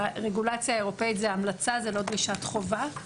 ברגולציה האירופאית זו המלצה זו לא דרישת חובה.